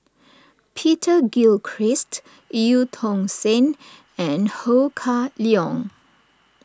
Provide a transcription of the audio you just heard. Peter Gilchrist Eu Tong Sen and Ho Kah Leong